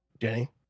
Jenny